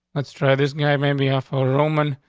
let's try this guy. maybe awful, roman.